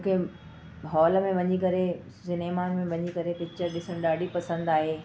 मूंखे हॉल में वञी करे सिनेमा में वञी करे पिक्चर ॾिसणु ॾाढी पसंदि आहे